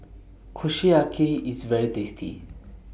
Kushiyaki IS very tasty